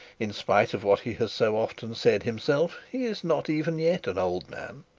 in spite of what he has so often said himself, he is not even yet an old man.